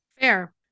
Fair